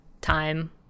time